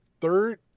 Third